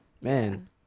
man